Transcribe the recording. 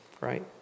Right